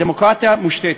הדמוקרטיה מושתתת,